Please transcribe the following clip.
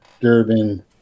Durbin